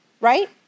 right